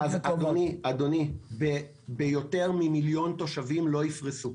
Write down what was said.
אדוני, במקום עם יותר ממיליון תושבים לא יפרסו.